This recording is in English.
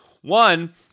One